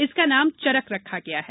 इसका नाम चरक रखा गया है